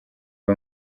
ubu